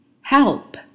help